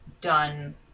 done